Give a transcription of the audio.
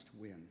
win